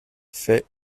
fait